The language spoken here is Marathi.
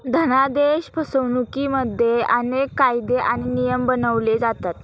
धनादेश फसवणुकिमध्ये अनेक कायदे आणि नियम बनवले जातात